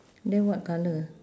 then what colour